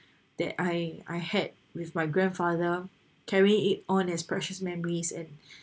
that I I had with my grandfather carry it on as precious memories and